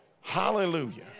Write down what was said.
Hallelujah